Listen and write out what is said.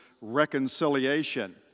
reconciliation